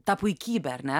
tą puikybę ar ne